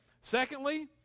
Secondly